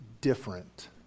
different